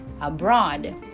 abroad